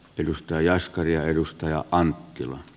yhtä jaskaria edustaja anttila on